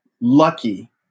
lucky